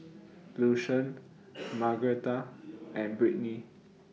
Lucien Margaretha and Brittney